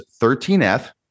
13F